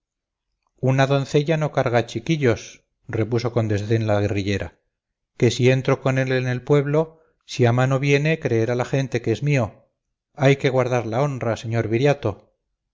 una doncella no carga chiquillos repuso con desdén la guerrillera que si entro con él en el pueblo si a mano viene creerá la gente que es mío hay que guardar la honra señor